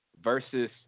versus